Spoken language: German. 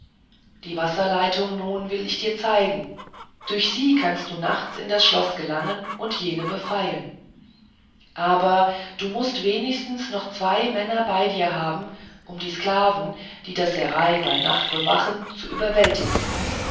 diese wasserleitung nun will ich dir zeigen durch sie kannst du nachts in das schloß gelangen und jene befreien aber du mußt wenigstens noch zwei männer bei dir haben um die sklaven die das serail bei nacht bewachen zu überwältigen